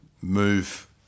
move